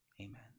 Amen